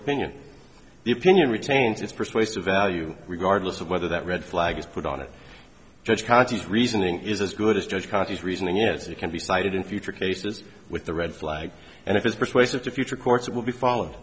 opinion the opinion retains its persuasive value regardless of whether that red flag is put on it just causes reasoning is as good as judge conti's reasoning is it can be cited in future cases with the red flag and if it's persuasive to future courts it will be follow